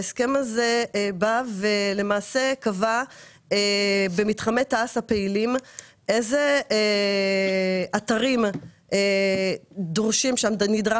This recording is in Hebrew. ההסכם הזה למעשה קבע במתחמי תע"ש הפעילים איזה אתרים נדרש